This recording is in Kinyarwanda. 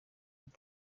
buri